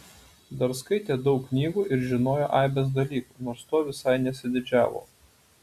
dar skaitė daug knygų ir žinojo aibes dalykų nors tuo visai nesididžiavo